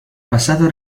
passato